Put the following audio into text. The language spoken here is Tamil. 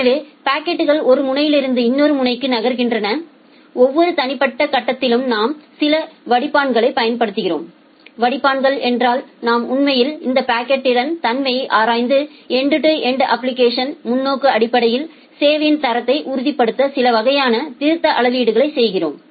எனவே பாக்கெட்கள் ஒரு முனையிலிருந்து இன்னொரு முனைக்கு நகர்கின்றன ஒவ்வொரு தனிப்பட்ட கட்டத்திலும் நாம் சில வடிப்பான்களைப் பயன்படுத்துகிறோம் வடிப்பான்கள் என்றால் நாம் உண்மையில் இந்த பாக்கெடின் தன்மைகளை ஆராய்ந்து எண்ட் டு எண்ட் அப்ளிகேஷன்ஸ் முன்னோக்கு அடிப்படையில் சேவையின் தரத்தை உறுதிப்படுத்த சில வகையான திருத்த அளவீடுகளை செய்கிறோம்